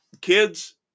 kids